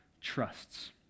trusts